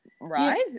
right